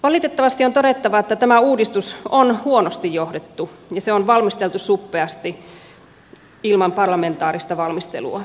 valitettavasti on todettava että tämä uudistus on huonosti johdettu ja se on valmisteltu suppeasti ilman parlamentaarista valmistelua